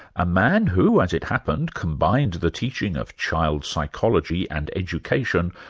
a man who, as it happened, combined the teaching of child psychology and education,